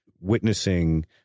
witnessing